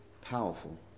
powerful